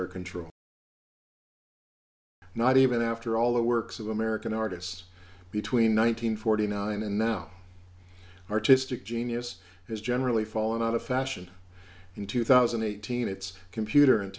our control not even after all the works of american artists between one nine hundred forty nine and now artistic genius has generally fallen out of fashion in two thousand and eighteen it's computer and